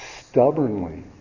Stubbornly